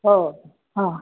हो हां